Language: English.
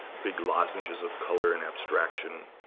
big lozenges of color and abstraction,